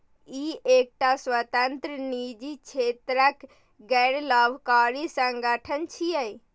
ई एकटा स्वतंत्र, निजी क्षेत्रक गैर लाभकारी संगठन छियै